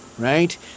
right